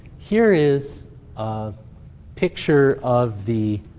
here is a picture of the